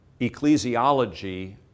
ecclesiology